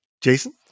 Jason